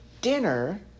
dinner